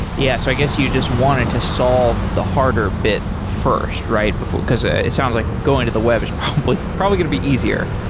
yeah, so i guess you just wanted to solve the harder bit first right? because ah it sounds like going to the web is probably probably going to be easier.